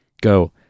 Go